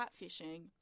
catfishing